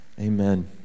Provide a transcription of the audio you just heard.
Amen